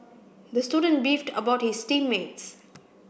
the student beefed about his team mates